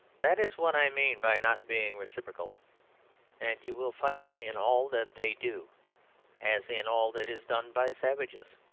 that is what i mean by not being reciprocal and you will find it in all that they do as in all that is done by savages.